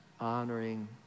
honoring